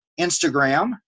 Instagram